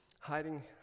hiding